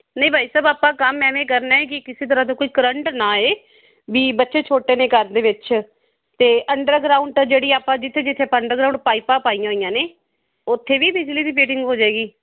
ਨਹੀਂ ਭਾਈ ਸਾਹਿਬ ਆਪਾਂ ਕੰਮ ਇਵੇਂ ਕਰਨਾ ਹੈ ਕਿ ਕਿਸੇ ਤਰ੍ਹਾਂ ਦਾ ਕੋਈ ਕਰੰਟ ਨਾ ਆਵੇ ਵੀ ਬੱਚੇ ਛੋਟੇ ਨੇ ਘਰ ਦੇ ਵਿੱਚ ਅਤੇ ਅੰਡਰਗਰਾਊਂਡ ਤਾਂ ਜਿਹੜੀ ਆਪਾਂ ਜਿੱਥੇ ਜਿੱਥੇ ਅੰਡਰ ਆਪਾਂ ਗਰਾਊਂਡ ਪਾਈਪਾਂ ਪਾਈਆਂ ਹੋਈਆਂ ਨੇ ਉੱਥੇ ਵੀ ਬਿਜਲੀ ਦੀ ਫੀਟਿੰਗ ਹੋ ਜਾਵੇਗੀ